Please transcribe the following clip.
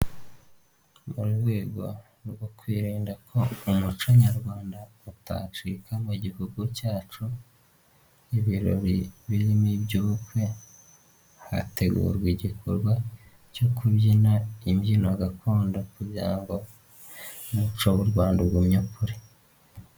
Mu rwego rwo kwirinda ko umuco nyarwanda utacika mu gihugu cyacu. Ibirori birimo iby'ubukwe, hategurwa igikorwa cyo kubyina, imbyino gakondo kugira ngo umuco w'u Rwanda ugumye ukure.